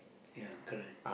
ya correct